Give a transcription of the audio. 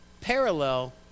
parallel